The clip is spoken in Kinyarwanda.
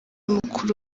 mukuru